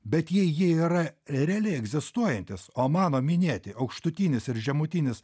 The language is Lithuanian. bet jei jie yra realiai egzistuojantys o mano minėti aukštutinis ir žemutinis